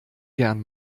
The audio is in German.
gern